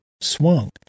swung